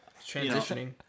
transitioning